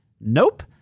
Nope